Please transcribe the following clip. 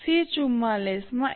2 છે છે